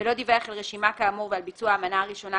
ולא דיווח על רשימה כאמור ועל ביצוע המנה הראשונה,